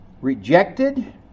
rejected